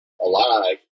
alive